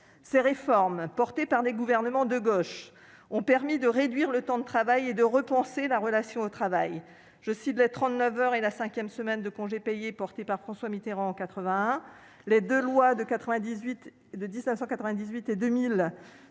Ces réformes promues par des gouvernements de gauche ont permis de réduire le temps de travail et de repenser la relation au travail. Je citerai les 39 heures et la cinquième semaine de congés payés instaurées après l'élection de François Mitterrand en 1981, ainsi que les deux lois de 1998 et 2000